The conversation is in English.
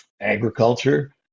agriculture